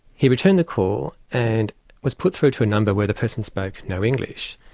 he returned the call, and was put through to a number where the person spoke no english.